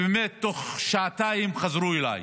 ובאמת תוך שעתיים חזרו אליי